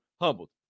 humbled